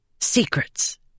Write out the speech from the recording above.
Secrets